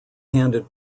handed